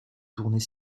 tournait